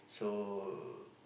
so